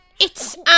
It's